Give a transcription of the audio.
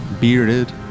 bearded